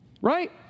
Right